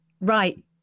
right